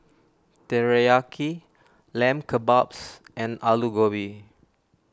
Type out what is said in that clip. Teriyaki Lamb Kebabs and Alu Gobi